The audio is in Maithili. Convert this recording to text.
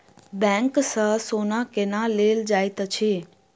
बैंक सँ सोना केना लेल जाइत अछि